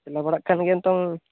ᱪᱟᱞᱟᱣ ᱵᱟᱲᱟᱜ ᱠᱟᱱ ᱜᱮᱭᱟ ᱱᱤᱛᱚᱝ